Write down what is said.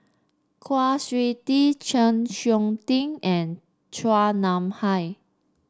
Kwa Siew Tee Chng Seok Tin and Chua Nam Hai